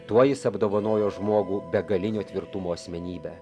tuo jis apdovanojo žmogų begalinio tvirtumo asmenybe